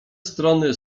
strony